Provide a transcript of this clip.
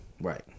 right